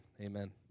Amen